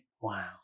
Wow